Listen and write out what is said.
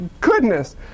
goodness